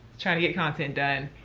trying to get content done.